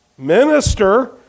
minister